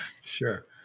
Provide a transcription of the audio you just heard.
Sure